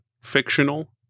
fictional